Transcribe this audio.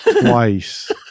twice